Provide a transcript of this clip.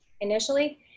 initially